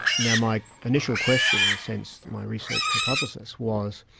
now my initial question, in a sense my research hypothesis was,